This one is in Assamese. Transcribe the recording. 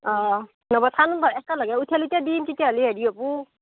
অঁ লগত চাং বা একেলগে উঠেলিতে দিম তেতিয়া হ'লে হেৰি হ'ব